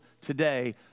today